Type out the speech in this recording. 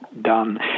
done